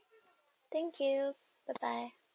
thank you bye bye